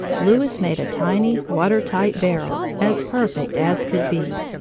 louis made a tiny, water-tight barrel, as perfect as could be.